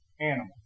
animal